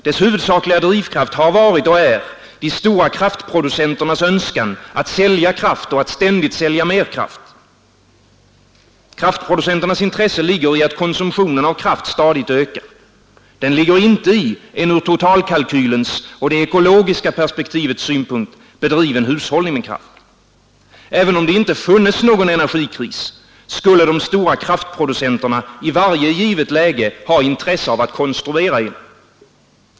Dess huvudsakliga motiv har varit och är de stora kraftproducenternas önskan att sälja kraft och att ständigt sälja mer kraft. Kraftproducenternas intresse ligger i att konsumtionen av kraft stadigt ökar. Det ligger inte i en ur totalkalkylens och det ekologiska perspektivets synpunkt bedriven hushållning med kraft. Även om det inte funnes någon energikris skulle de stora kraftproducenterna i varje givet läge ha intresse av att konstruera en.